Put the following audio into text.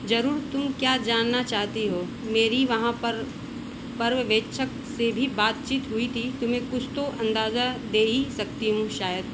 जरूर तुम क्या जानना चाहती हो मेरी वहाँ पर पर्यवेक्षक से भी बातचीत हुई थी तुम्हें कुछ तो अन्दाज़ा दे ही सकती हूँ शायद